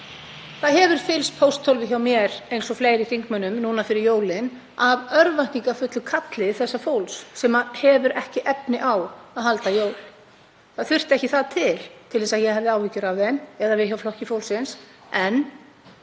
Það hefur fyllst pósthólfið hjá mér eins og fleiri þingmönnum núna fyrir jólin af örvæntingarfullu kalli fólks sem hefur ekki efni á að halda jól. Það þurfti ekki það til til þess að ég hefði áhyggjur af þeim eða við hjá Flokki fólksins. En